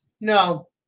No